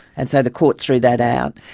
and so the court threw that out.